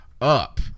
up